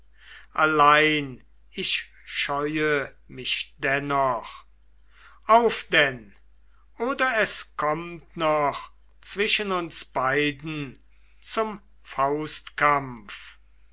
allein ich scheue mich dennoch auf denn oder es kommt noch zwischen uns beiden zum faustkampf